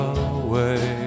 away